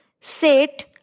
Set